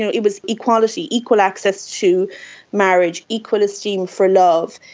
and it was equality, equal access to marriage, equal esteem for love.